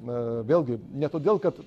na vėlgi ne todėl kad